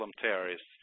terrorists